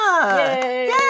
Yay